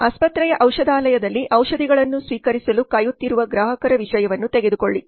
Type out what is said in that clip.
ಆಸ್ಪತ್ರೆಯ ಔಷಧಾಲಯದಲ್ಲಿ ಔ ಷಧಿಗಳನ್ನು ಸ್ವೀಕರಿಸಲು ಕಾಯುತ್ತಿರುವ ಗ್ರಾಹಕರ ವಿಷಯವನ್ನು ತೆಗೆದುಕೊಳ್ಳಿ